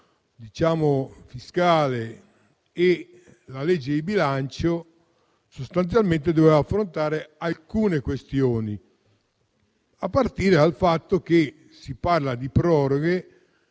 quello fiscale e la legge di bilancio, sostanzialmente doveva affrontare alcune questioni, a partire dal fatto che si parla di proroghe